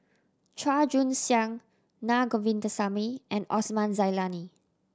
Chua Joon Siang Na Govindasamy and Osman Zailani